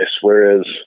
Whereas